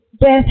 Death